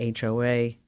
hoa